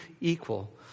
equal